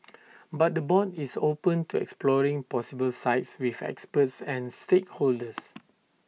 but the board is open to exploring possible sites with experts and stakeholders